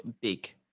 big